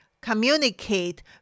communicate